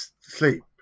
sleep